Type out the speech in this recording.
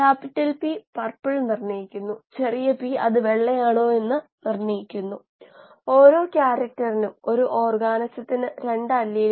ഒരു പ്രക്രിയ വികസിപ്പിച്ചെടുക്കുമ്പോൾ സാധാരണയായി ആദ്യം ചെറിയ തോതിൽ ലാബ് തോതിൽ വികസിപ്പിച്ചെടുക്കുന്നു ഒരു ഷെയ്ക്ക് ഫ്ലാസ്കിലും മറ്റും പോലെ